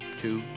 two